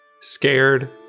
scared